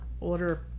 order